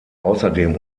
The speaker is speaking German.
außerdem